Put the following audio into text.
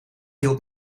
hield